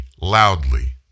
loudly